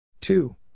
Two